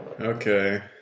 Okay